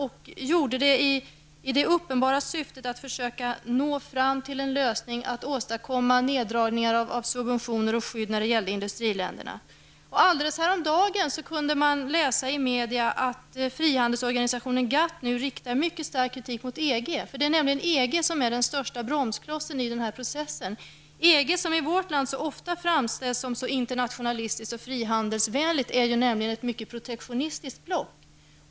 Det gjordes i det uppenbara syftet att nå fram till en lösning att åstadkomma neddragning av subventioner och skydd när det gäller industriländerna. Häromdagen kunde man läsa i media att frihandelsoganisationen GATT riktade stark kritik mot EG. Det är EG som är den största bromsklossen i processen. Det EG som i vårt land så ofta framställs som så internationalistiskt och frihandelsvänligt är ett mycket protektionistiskt block.